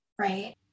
right